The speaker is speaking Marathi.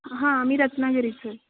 हां आम्ही रत्नागिरीचे आहे